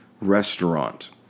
restaurant